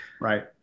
Right